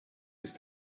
ist